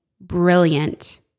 brilliant